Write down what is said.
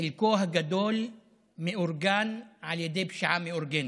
חלקו הגדול מאורגן על ידי פשיעה מאורגנת,